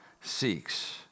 seeks